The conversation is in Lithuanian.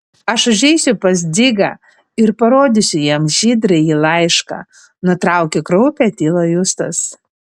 aš užeisiu pas dzigą ir parodysiu jam žydrąjį laišką nutraukė kraupią tylą justas